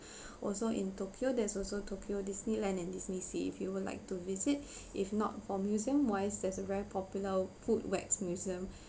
also in tokyo there's also tokyo disneyland and disneysea if you would like to visit if not for museum wise there's a very popular food wax museum